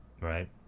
right